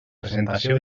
presentació